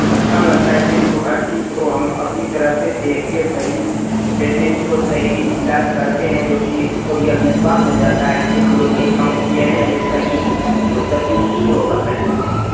अच्छा लगता है कि जो हर चीज़ को हम अपनी तरह से देखकर सही पेशेन्ट का सही इलाज़ करते हैं क्योंकि और यह विश्वास हो जाता है कि हमलोग यह काम किए हैं यह सही है और सटीक ही होगा मेरा काम